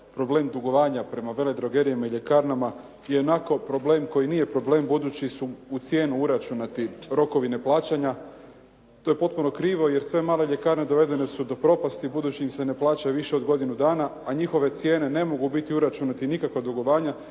problem dugovanja prema veledrogerijama i ljekarnama ionako problem koji nije problem budući su u cijenu uračunati rokovi neplaćanja. To je potpuno krivo jer sve male ljekarne dovedene su do propasti, budući im se ne plaća više od godinu dana, a njihove cijene ne mogu biti uračunati u nikakva dugovanja